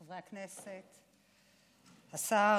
חברי הכנסת, השר,